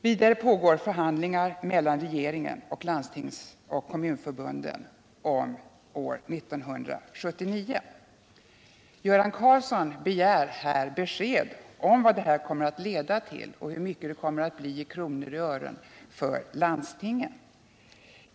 Vidare pågår förhandlingar mellan regeringen samt Landstingsförbundet och Kommunförbundet om utvecklingen under år 1979. Göran Karlsson begär här besked om vad detta kommer att leda till och hur mycket det blir i kronor och ören för landstingen.